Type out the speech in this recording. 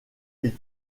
ils